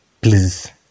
please